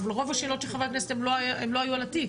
אבל רוב השאלות של חברי הכנסת לא היו על התיק.